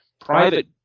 private